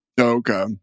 Okay